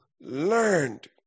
learned